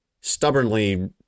stubbornly